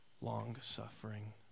long-suffering